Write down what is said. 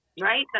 Right